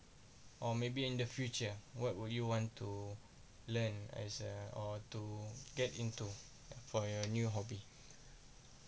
or maybe in the future what would you want to learn as a or to get into for your new hobby